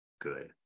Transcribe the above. good